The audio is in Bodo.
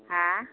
हो